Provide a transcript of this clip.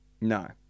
No